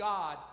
God